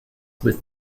with